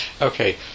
Okay